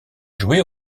joué